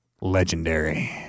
legendary